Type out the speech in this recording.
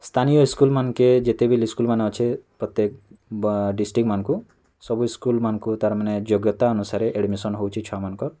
ସ୍ଥାନୀୟ ସ୍କୁଲ୍ମାନ୍କେ ଯେତେ ବିଲ୍ ଇସ୍କୁଲ୍ମାନେ ଅଛେ ପ୍ରତ୍ୟେକ୍ ଡ଼ିଷ୍ଟ୍ରିକ୍ଟମାନଙ୍କୁ ସବୁ ଇସ୍କୁଲ୍ମାନଙ୍କୁ ତା'ର୍ ମାନେ ଯୋଗ୍ୟତା ଅନୁସାରେ ଆଡ଼ମିସନ୍ ହେଉଛି ଛୁଆମାନକର୍